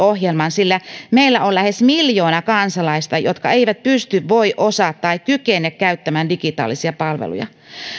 sillä meillä on lähes miljoona kansalaista jotka eivät pysty voi osaa tai kykene käyttämään digitaalisia palveluja